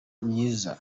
myiza